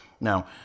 Now